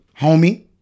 Homie